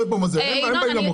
מה זה --- הם באים למוקד.